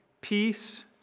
peace